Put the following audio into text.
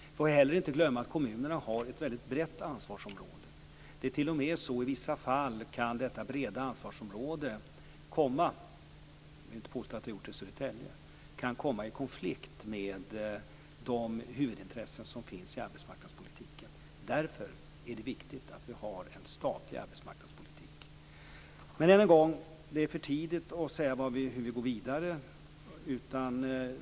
Vi får heller inte glömma att kommunerna har ett väldigt brett ansvarsområde. I vissa fall kan detta breda ansvarsområde - jag vill inte påstå att det har gjort det i Södertälje - t.o.m. komma i konflikt med de huvudintressen som finns i arbetsmarknadspolitiken. Därför är det viktigt att vi har en statlig arbetsmarknadspolitik. Än en gång: Det är för tidigt att säga hur vi går vidare.